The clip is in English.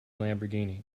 lamborghini